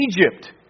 Egypt